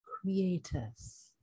creators